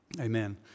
Amen